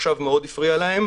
עכשיו זה מאוד הפריע להם,